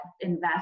invest